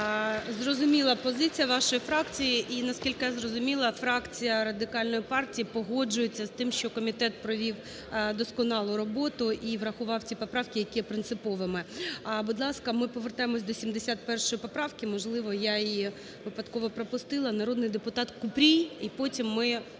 Зрозуміла позиція вашої фракції. І наскільки я зрозуміла, фракція Радикальної партії погоджується з тим, що комітет провів досконалу роботу і врахував ці поправки, які є принциповими. Будь ласка, ми повертаємося до 71 поправки, можливо, я її випадково пропустила. Народний депутат Купрій, і потім ми